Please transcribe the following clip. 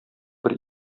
бер